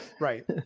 Right